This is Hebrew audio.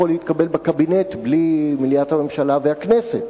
להתקבל בקבינט בלי מליאת הממשלה והכנסת.